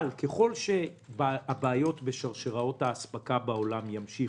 אבל ככל שהבעיות בשרשראות האספקה בעולם ימשיכו,